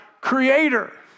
creator